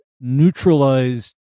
neutralized